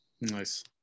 nice